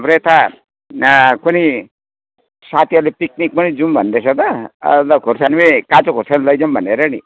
हाम्रो यता कोनि साथीहरूले पिकनिक पनि जाउँ भन्दैछ त अन्त खोर्सानी काँचो खोर्सानी लैजाउँ भनेर नि